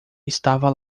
estava